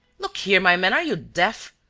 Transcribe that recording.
look here, my man, are you deaf?